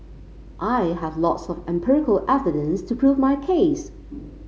I have lots of empirical evidence to prove my case